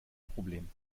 problem